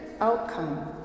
outcome